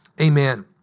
amen